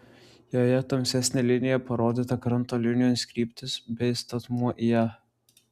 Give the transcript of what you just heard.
joje tamsesne linija parodyta kranto linijos kryptis bei statmuo į ją